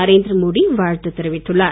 நரேந்திர மோடி வாழ்த்து தெரிவித்துள்ளார்